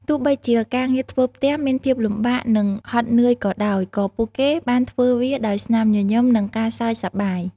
ទោះបីជាការងារធ្វើផ្ទះមានភាពលំបាកនិងហត់នឿយក៏ដោយ ក៏ពួកគេបានធ្វើវាដោយស្នាមញញឹមនិងការសើចសប្បាយ។